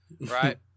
right